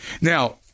Now